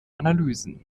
analysen